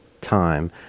time